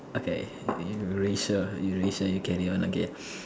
okay you racial you racial you get it one okay